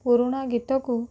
ପୁରୁଣା ଗୀତକୁ